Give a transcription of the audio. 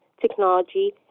technology